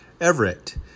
Everett